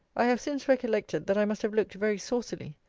i have since recollected, that i must have looked very saucily.